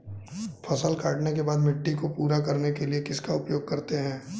फसल काटने के बाद मिट्टी को पूरा करने के लिए किसका उपयोग करते हैं?